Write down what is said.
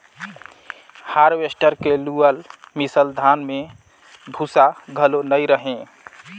harvester के लुअल मिसल धान में भूसा घलो नई रहें